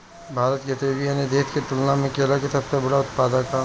भारत किसी भी अन्य देश की तुलना में केला के सबसे बड़ा उत्पादक ह